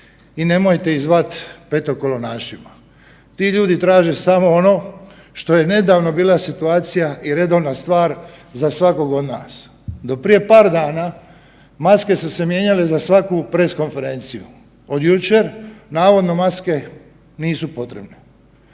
I nemojte ih zvati petokolonašima. Ti ljudi traže samo ono što je nedavno bila situacija i redovna stvar za svakog od nas. Do prije par dana maske su se mijenjale za svaku press konferenciju, od jučer navodno maske nisu potrebne.